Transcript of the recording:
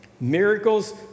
Miracles